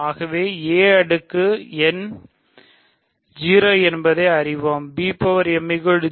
ஆகவே a அடுக்கு n 0 என்பதை நாம் அறிவோம் 0